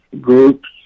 groups